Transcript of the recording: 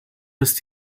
misst